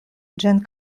ĝin